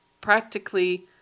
practically